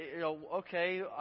okay